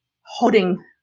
holding